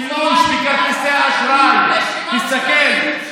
השימוש בכרטיסי האשראי, תסתכל.